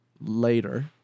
later